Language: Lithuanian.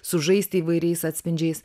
sužaisti įvairiais atspindžiais